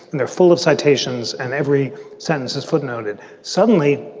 they're full of citations and every sentence is footnoted suddenly,